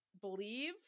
believe